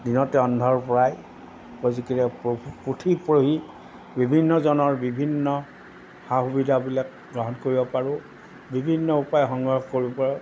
দিনতে অন্ধৰপৰাই পুথি পঢ়ি বিভিন্নজনৰ বিভিন্ন সা সুবিধাবিলাক গ্ৰহণ কৰিব পাৰোঁ বিভিন্ন উপায় সংগ্ৰহ কৰিব পাৰোঁ